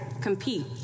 compete